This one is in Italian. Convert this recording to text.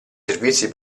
servizi